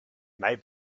may